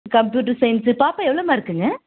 computer science பாப்பா எவ்வளோ மார்க்குங்க